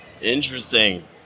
Interesting